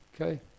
Okay